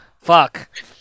Fuck